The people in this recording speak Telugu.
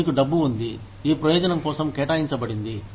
మీకు డబ్బు ఉంది ఈ ప్రయోజనం కోసం కేటాయించబడింది